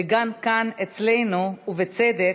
וגם כאן אצלנו, ובצדק: